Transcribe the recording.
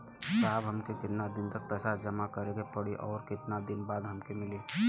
साहब हमके कितना दिन तक पैसा जमा करे के पड़ी और कितना दिन बाद हमके मिली?